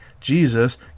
Jesus